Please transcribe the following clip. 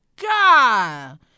God